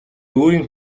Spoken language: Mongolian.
өөрийн